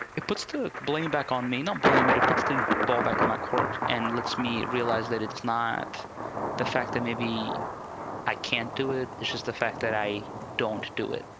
it puts the blame back on me, not blame it. it puts the ball back in my court and lets me realize that it's not the fact that maybe i can't do it. it's just the fact that i don't do it